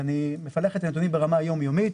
ואני מפלח את הנתונים ברמה יום-יומית,